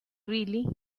really